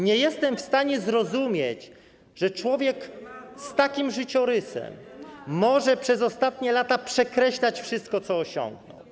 Nie jestem w stanie zrozumieć, że człowiek z takim życiorysem może przez ostatnie lata przekreślić wszystko, co osiągnął.